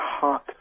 hot